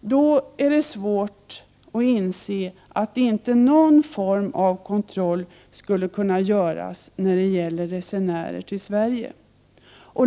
Då är det svårt att inse att inte någon form av kontroll skulle kunna göras av resenärer till Sverige.